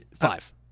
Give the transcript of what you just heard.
Five